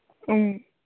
ꯎꯝ